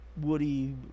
woody